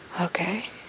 Okay